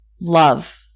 love